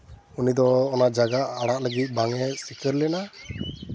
ᱩᱱᱤ ᱫᱚ ᱚᱱᱟ ᱡᱟᱭᱜᱟ ᱟᱲᱟᱜ ᱞᱟᱹᱜᱤᱫ ᱵᱟᱝ ᱮ ᱥᱤᱠᱟᱹᱨ ᱞᱮᱱᱟ